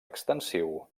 extensiu